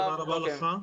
תודה רבה לך.